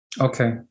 Okay